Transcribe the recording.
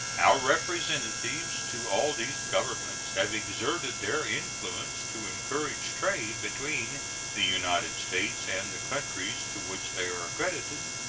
our representatives to all these governments have exerted their influence to encourage trade between the united states and the countries to which they are accredited.